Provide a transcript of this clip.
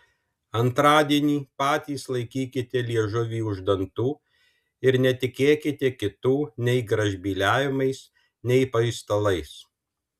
antradienį patys laikykite liežuvį už dantų ir netikėkite kitų nei gražbyliavimais nei paistalais